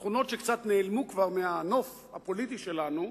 תכונות שקצת נעלמו כבר מהנוף הפוליטי שלנו,